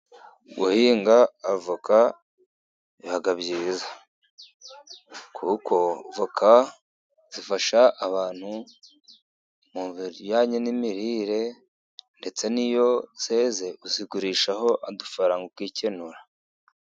Guhinga avoka biba byiza, kuko avoka zifasha abantu mu bijyanye n'imirire, ndetse n'iyo zeze uzigurishaho udufaranga ukikenura.